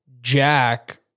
Jack